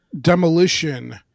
demolition